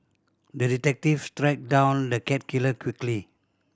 the detective tracked down the cat killer quickly